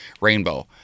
rainbow